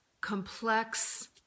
complex